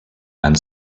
and